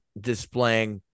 displaying